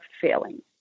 failing